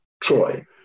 Troy